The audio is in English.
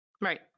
Right